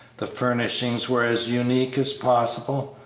the furnishings were as unique as possible,